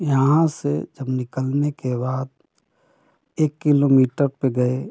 यहाँ से जब निकलने के बाद एक किलोमीटर पर गए